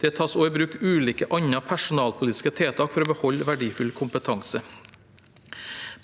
Det tas også i bruk ulike andre personalpolitiske tiltak for å beholde verdifull kompetanse.